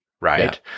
right